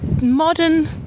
modern